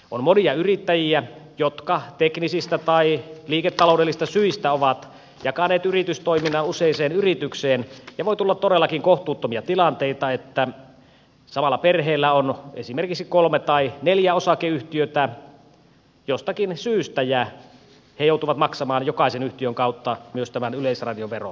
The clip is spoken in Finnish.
on monia yrittäjiä jotka teknisistä tai liiketaloudellisista syistä ovat jakaneet yritystoiminnan useaan yritykseen ja voi tulla todellakin kohtuuttomia tilanteita jos samalla perheellä on esimerkiksi kolme tai neljä osakeyhtiötä jostakin syystä ja he joutuvat maksamaan jokaisen yhtiön kautta myös tämän yleisradioveron